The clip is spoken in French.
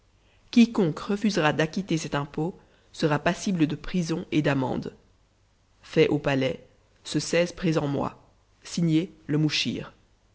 quiconque refusera d'acquitter cet impôt sera passible de prison et d'amende fait au palais ce présent mois signé le muchir